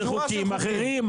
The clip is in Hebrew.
אלה חוקים אחרים.